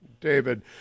David